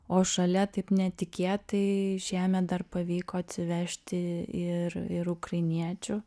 o šalia taip netikėtai šiemet dar pavyko atsivežti ir ir ukrainiečių